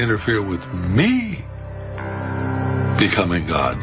interfere with me become a god